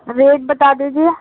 rate بتا دیجیے